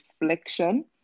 reflection